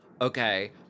okay